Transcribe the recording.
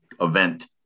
event